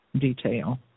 detail